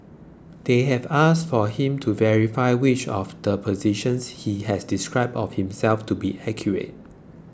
they have asked for him to verify which of the positions he has described of himself to be accurate